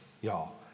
y'all